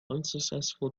unsuccessful